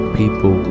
people